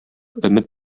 өмет